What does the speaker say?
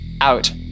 out